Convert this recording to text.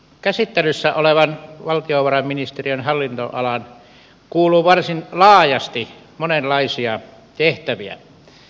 käsittelyssä olevaan valtiovarainministeriön hallinnonalaan kuuluu varsin laajasti monenlaisia tehtäviä